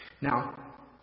Now